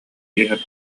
иһэр